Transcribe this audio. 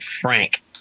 Frank